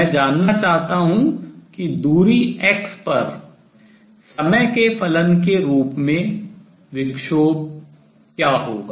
मैं जानना चाहता हूँ कि दूरी x पर समय के फलन के रूप में विक्षोभ क्या होगा